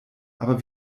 aber